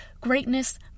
greatness